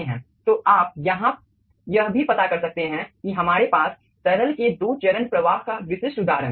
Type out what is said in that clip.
तो आप यहां यह भी पता कर सकते हैं कि हमारे पास तरल के दो चरण प्रवाह का विशिष्ट उदाहरण हैं